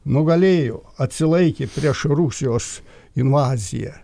nugalėjo atsilaikė prieš rusijos invaziją